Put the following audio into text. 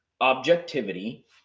objectivity